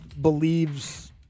believes